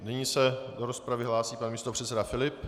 Nyní se do rozpravy hlásí pan místopředseda Filip.